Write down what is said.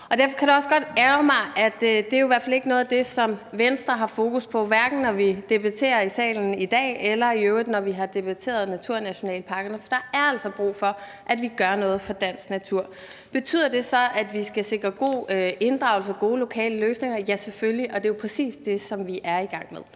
Derfor kan det jo også godt ærgre mig, at det i hvert fald ikke er noget af det, som Venstre har fokus på, hverken når vi debatterer her i salen i dag eller når vi i øvrigt har debatteret naturnationalparkerne. For der er altså brug for, at vi gør noget for den danske natur. Betyder det så, at vi skal sikre en god inddragelse og gode lokale løsninger? Ja, selvfølgelig, og det er jo præcis det, som vi er i gang med.